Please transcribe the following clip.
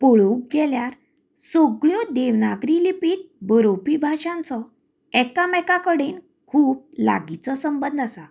पळोवंक गेल्यार सगळ्यो देवनागरी लिपी बरोवपी भाशांचो एकामेका कडेन खूब लागीचो संबंद आसा